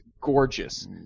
gorgeous